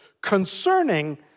concerning